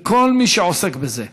לכל מי שעוסק בזה,